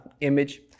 Image